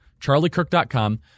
charliekirk.com